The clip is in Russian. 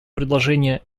предложение